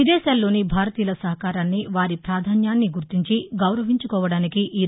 విదేశాల్లోని భారతీయుల సహకారాన్ని వారి పాధాన్యాన్ని గుర్తించి గౌరవించుకోవడానికి ఈ న్న